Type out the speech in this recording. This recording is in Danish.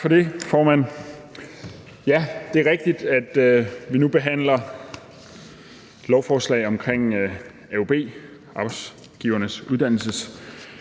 Tak for det, formand. Det er rigtigt, at vi nu behandler et lovforslag om AUB, Arbejdsgivernes Uddannelsesbidrag.